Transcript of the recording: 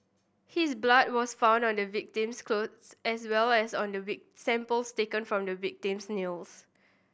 his blood was found on the victim's clothes as well as on the week samples taken from the victim's nails